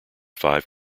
five